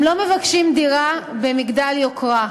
הם לא מבקשים דירה במגדל יוקרה.